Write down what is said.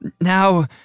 Now